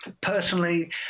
personally